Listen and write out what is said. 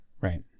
right